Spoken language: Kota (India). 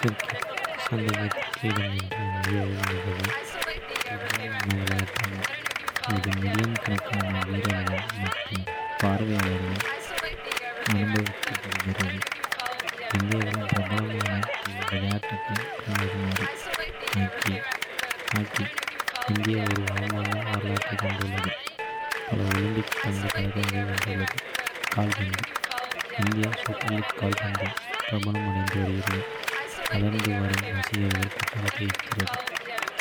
கிரிக்கெட் சந்தேகத்திற்கு இடமின்றி இந்தியாவில் மிகவும் பிரபலமான விளையாட்டாகும், இது மில்லியன் கணக்கான வீரர்கள் மற்றும் பார்வையாளர்களால் அனுபவிக்கப்படுகிறது. இந்தியாவில் பிரபலமான பிற விளையாட்டுகள் பின்வருமாறு. ஹாக்கி ஹாக்கியில் இந்தியா ஒரு வளமான வரலாற்றைக் கொண்டுள்ளது, பல ஒலிம்பிக் தங்கப் பதக்கங்களை வென்றுள்ளது. கால்பந்து இந்தியன் சூப்பர் லீக் கால்பந்து பிரபலமடைந்து வருகிறது, வளர்ந்து வரும் ரசிகர் பட்டாளத்தை ஈர்க்கிறது.